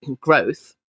growth